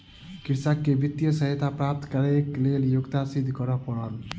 कृषक के वित्तीय सहायता प्राप्त करैक लेल योग्यता सिद्ध करअ पड़ल